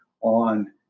on